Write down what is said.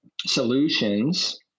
solutions